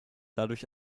dadurch